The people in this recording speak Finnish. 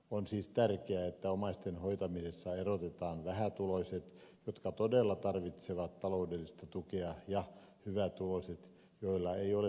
on siis tärkeää että omaisten hoitamisessa erotetaan vähätuloiset jotka todella tarvitsevat taloudellista tukea ja hyvätuloiset joilla ei ole tuen tarvetta